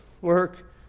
work